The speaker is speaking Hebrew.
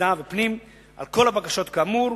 לוועדת המדע ולוועדת הפנים על כל הבקשות כאמור,